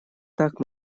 так